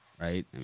Right